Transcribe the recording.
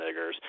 niggers